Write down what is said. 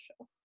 show